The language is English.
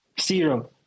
Zero